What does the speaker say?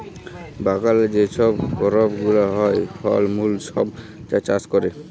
বাগালে যে ছব করপ গুলা হ্যয়, ফল মূল ছব যা চাষ ক্যরে